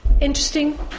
interesting